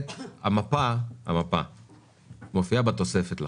המפה מופיעה בתוספת לחוק,